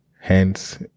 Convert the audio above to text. Hence